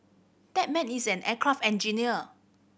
that man is an aircraft engineer